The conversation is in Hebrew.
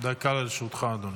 דקה לרשותך, אדוני.